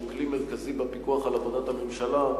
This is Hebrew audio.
שהוא כלי מרכזי בפיקוח על עבודת הממשלה,